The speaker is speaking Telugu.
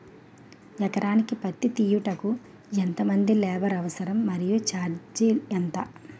ఎకరానికి పత్తి తీయుటకు ఎంత మంది లేబర్ అవసరం? మరియు ఛార్జ్ ఎంత?